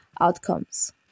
outcomes